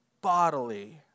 bodily